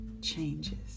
changes